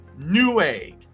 Newegg